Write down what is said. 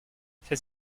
ces